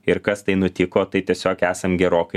ir kas tai nutiko tai tiesiog esam gerokai